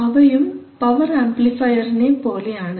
അവയും പവർ ആംപ്ലിഫയറിനെ പോലെയാണ്